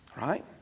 Right